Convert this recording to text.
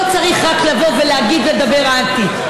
לא צריך רק לבוא ולהגיד ולדבר אנטי.